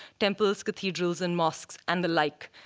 temples, cathedrals, and mosques, and the like.